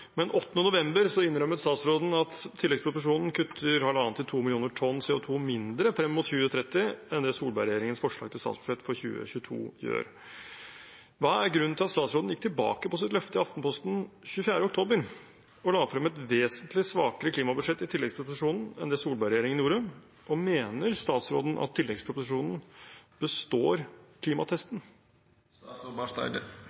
men den 8. november innrømmet statsråden at tilleggsproposisjonen kutter 1,5–2 millioner tonn CO 2 mindre frem mot 2030 enn det Solberg-regjeringens forslag til statsbudsjett for 2022 gjør. Hva er grunnen til at statsråden gikk tilbake på sitt løfte i Aftenposten den 24. oktober og la frem et vesentlig svakere klimabudsjett i tilleggsproposisjonen enn det Solberg-regjeringen gjorde? Og mener statsråden at tilleggsproposisjonen består